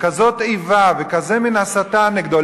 וכזאת איבה וכזאת מין הסתה נגדו,